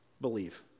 believe